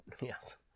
yes